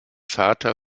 vater